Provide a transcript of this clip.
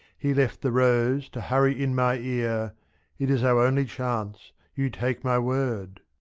he left the rose, to hurry in my ear it is our only chance, you take my word